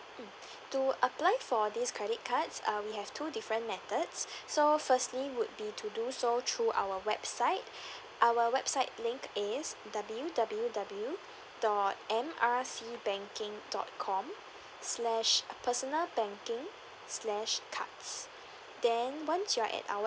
mm to apply for this credit cards err we have two different methods so firstly would be to do so through our website our website link is W_W_W dot M R C banking dot com slash personal banking slash cards then once you're at our